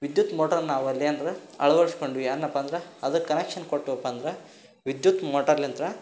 ವಿದ್ಯುತ್ ಮೋಟ್ರನ್ನು ನಾವಲ್ಲೆ ಅಂದ್ರು ಅಳವಡಿಸ್ಕೊಂಡ್ವಿ ಅಂದನಪ್ಪ ಅಂದ್ರೆ ಅದಕ್ಕೆ ಕನೆಕ್ಷನ್ ಕೊಟ್ಟವಪ್ಪ ಅಂದ್ರೆ ವಿದ್ಯುತ್ ಮೋಟರ್ಲಿಂದ